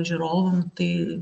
žiūrovam tai